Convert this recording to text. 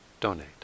donate